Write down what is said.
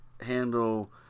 handle